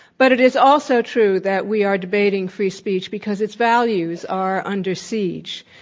but it is also true that we are debating free speech because its values are under siege.